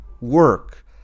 work